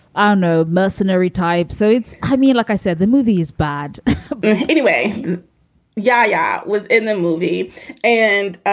i know. mercenary type. so it's i mean, like i said, the movie's bad anyway yeah. yeah i was in the movie and